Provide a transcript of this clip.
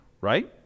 right